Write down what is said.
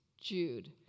Jude